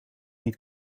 niet